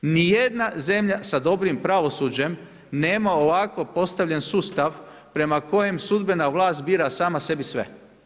Ni jedna zemlja sa dobrim pravosuđem nema ovako postavljen sustav prema kojem sudbena vlast bira sama sebi sve.